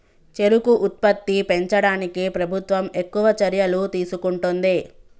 చెరుకు ఉత్పత్తి పెంచడానికి ప్రభుత్వం ఎక్కువ చర్యలు తీసుకుంటుంది